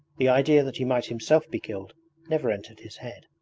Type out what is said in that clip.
the idea that he might himself be killed never entered his head.